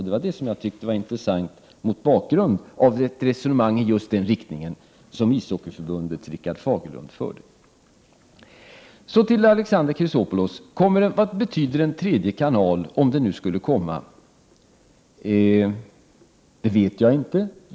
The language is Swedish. Detta tyckte jag var intressant mot bakgrund av det resonemang just i den riktningen som Ishockeyförbundets Rikard Fagerlund förde. Så till Alexander Chrisopoulos. Vad betyder en tredje kanal, om den nu skulle komma? Det vet jag inte.